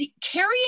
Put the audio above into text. carrying